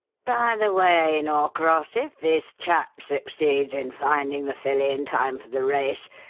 by the way, norcross, if this chap succeeds in finding the filly in time for the race,